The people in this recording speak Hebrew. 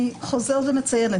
אני חוזרת ומציינת.